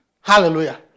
hallelujah